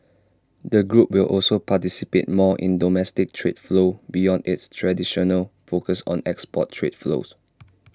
the group will also participate more in domestic trade flows beyond its traditional focus on export trade flows